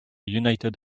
united